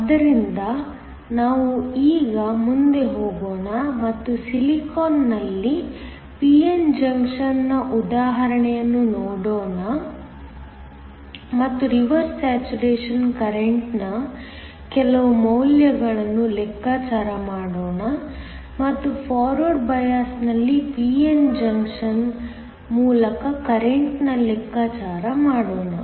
ಆದ್ದರಿಂದ ನಾವು ಈಗ ಮುಂದೆ ಹೋಗೋಣ ಮತ್ತು ಸಿಲಿಕಾನ್ನಲ್ಲಿ p n ಜಂಕ್ಷನ್ ನ ಉದಾಹರಣೆಯನ್ನು ನೋಡೋಣ ಮತ್ತು ರಿವರ್ಸ್ ಸ್ಯಾಚುರೇಶನ್ ಕರೆಂಟ್ನ ಕೆಲವು ಮೌಲ್ಯಗಳನ್ನು ಲೆಕ್ಕಾಚಾರ ಮಾಡೋಣ ಮತ್ತು ಫಾರ್ವರ್ಡ್ ಬಯಾಸ್ನಲ್ಲಿ p n ಜಂಕ್ಷನ್ ಮೂಲಕ ಕರೆಂಟ್ನ ಲೆಕ್ಕಾಚಾರ ಮಾಡೋಣ